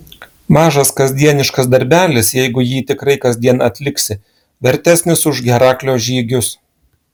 mažas kasdieniškas darbelis jeigu jį tikrai kasdien atliksi vertesnis už heraklio žygius